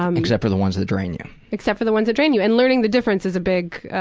um except for the ones that drain you. except for the ones that drain you. and learning the difference is a big,